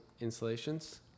installations